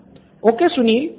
student 1 okay Sunil